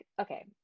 okay